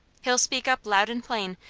he'll speak up, loud and plain,